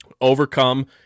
overcome